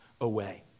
away